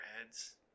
heads